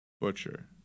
Butcher